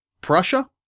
Prussia